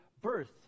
birth